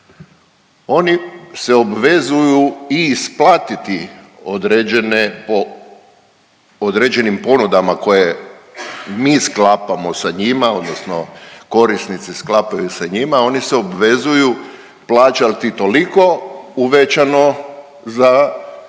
Oni se obvezuju i isplatiti određene po određenim ponudama koje mi sklapamo sa njima, odnosno korisnici sklapaju sa njima. Oni se obvezuju plaćati toliko uvećano za